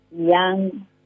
young